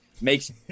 makes